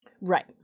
Right